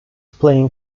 playing